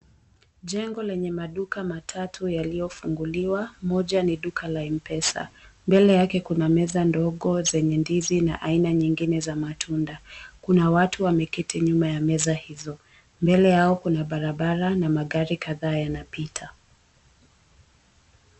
Jengo lenye maduka matatu yaliyofunguliwa moja ni duka la mpesa, mbele yake kuna meza ndogo zenye ndizi na aina nyingine za matunda, kuna watu wameketi nyuma ya meza hizo mbele yao kuna barabara na magari kadhaa yanapita.